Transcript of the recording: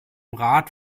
rat